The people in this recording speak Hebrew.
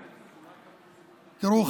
תראו,